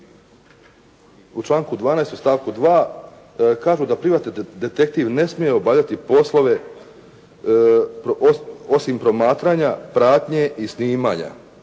u članku 12. u stavku 2. kažu da privatni detektiv ne smije obavljati poslove osim promatranja, pratnje i snimanja